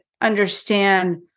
understand